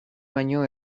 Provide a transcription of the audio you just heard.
baino